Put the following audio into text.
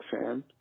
fan